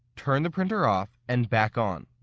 turn the printer off and back on